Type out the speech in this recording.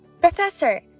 Professor